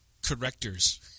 Correctors